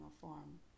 form